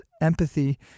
empathy